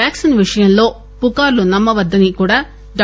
vaccine విషయంలో పుకార్లు నమ్మవద్దని డా